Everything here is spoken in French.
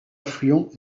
affluent